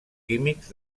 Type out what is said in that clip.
químics